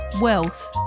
Wealth